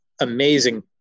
amazing